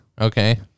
Okay